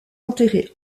enterré